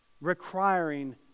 requiring